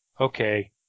okay